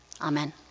Amen